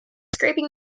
scraping